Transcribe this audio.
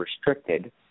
restricted